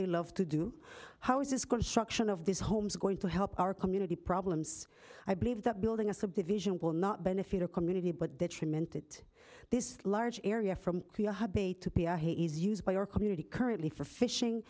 they love to do how is this going to suction of these homes going to help our community problems i believe that building a subdivision will not benefit our community but the treatment that this large area from our community currently for fishing